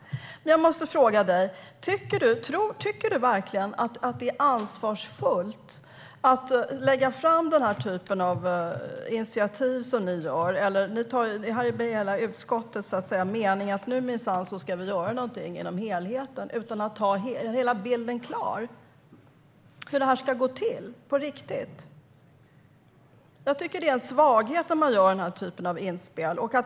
Jag måste fråga dig, Emma: Tycker du verkligen att det är ansvarsfullt att lägga fram den typ av initiativ som ni gör? Ni tar ju hela utskottets mening att vi nu minsann ska göra någonting åt helheten - utan att ha hela bilden klar över hur det ska gå till på riktigt. Jag tycker att det är en svaghet när man gör den typen av inspel.